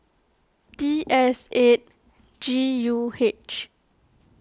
T S eight G U H